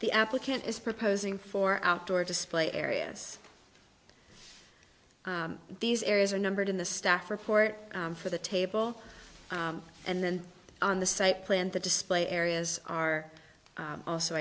the applicant is proposing for outdoor display areas these areas are numbered in the staff report for the table and then on the site plan the display areas are also